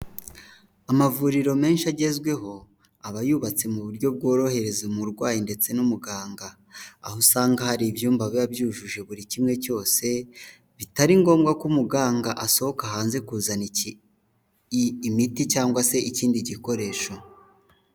Amavuriro menshi agezweho aba yubatse mu buryo bworohereza umurwayi ndetse n'umuganga, aho usanga hari ibyumba biba byujuje buri kimwe cyose, bitari ngombwa ko muganga asohoka hanze kuzana imiti cyangwa se ikindi gikoresho.